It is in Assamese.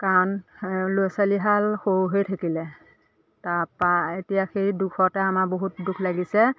কাৰণ ল'ৰা ছোৱালীহাল সৰু হৈ থাকিলে তাৰপৰা এতিয়া সেই দুখতে আমাৰ বহুত দুখ লাগিছে